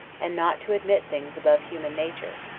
and not to admit things above human nature,